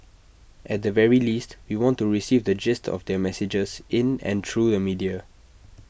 at the very least we want to receive the gist of their messages in and through the media